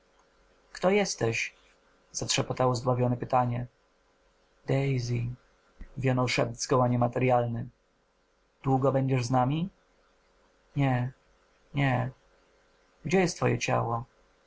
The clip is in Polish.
kto jesteś zatrzepotało zdławione pytanie daisy wionął szept zgoła niematerjalny długo będziesz z nami nie nie gdzie twoje ciało